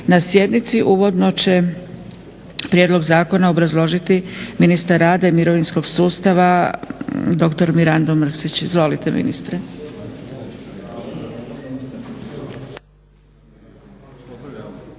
na sjednici. Uvodno će prijedlog zakona obrazložiti ministar rada i mirovinskog sustava dr. Mirando Mrsić. Izvolite ministre.